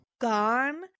gone